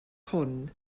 hwn